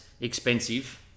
expensive